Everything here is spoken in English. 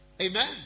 Amen